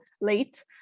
late